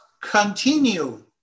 continue